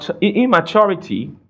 immaturity